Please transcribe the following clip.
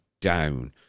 down